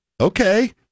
okay